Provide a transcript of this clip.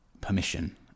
permission